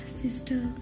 sister